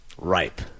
Ripe